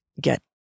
get